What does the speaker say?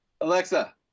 Alexa